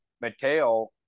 Mateo